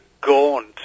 gaunt